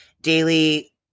daily